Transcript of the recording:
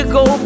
go